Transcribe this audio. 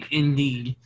indeed